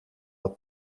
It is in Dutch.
dat